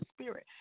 Spirit